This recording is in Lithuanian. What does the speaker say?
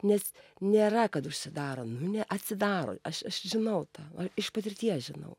nes nėra kad užsidaro nu neatsidaro aš aš žinau tą iš patirties žinau